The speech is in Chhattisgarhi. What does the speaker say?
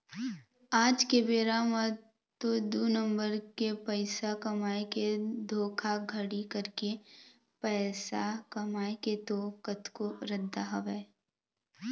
आज के बेरा म तो दू नंबर के पइसा कमाए के धोखाघड़ी करके पइसा कमाए के तो कतको रद्दा हवय